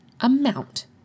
amount